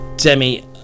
Demi